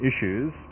issues